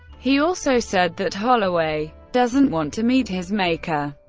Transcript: he also said that holloway doesn't want to meet his maker.